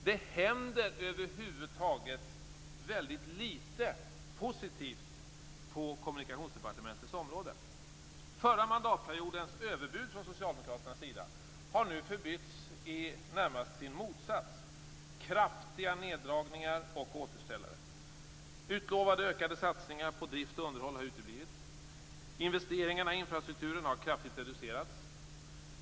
Det händer över huvud taget litet positivt på Kommunikationsdepartementets område. Förra mandatperiodens överbud från Socialdemokraternas sida har nu förbytts i närmast sin motsats, dvs. kraftiga neddragningar och återställare. Utlovade ökade satsningar på drift och underhåll har uteblivit. Investeringarna i infrastrukturen har kraftigt reducerats.